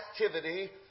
activity